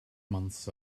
months